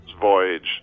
voyage